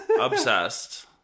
Obsessed